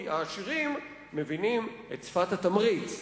כי העשירים מבינים את שפת התמריץ,